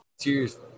Cheers